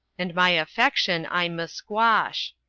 and my affection i musquash.